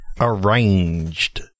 Arranged